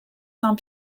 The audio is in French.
saint